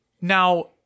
Now